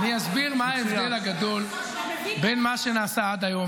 אני אסביר מה ההבדל הגדול בין מה שנעשה עד היום,